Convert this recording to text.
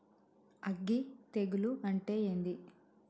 అగ్గి తెగులు అంటే ఏంది?